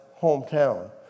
hometown